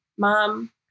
Mom